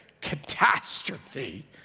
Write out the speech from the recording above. catastrophe